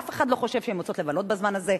אף אחד לא חושב שהן יוצאות לבלות בזמן הזה,